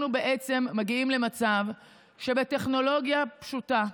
אנחנו בעצם מגיעים למצב שבו, בטכנולוגיה פשוטה,